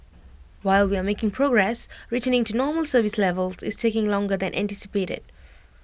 while we are making progress returning to normal service levels is taking longer than anticipated